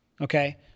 okay